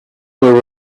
were